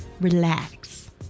relax